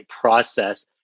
process